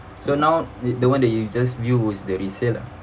so now the the one that you just view was the resale lah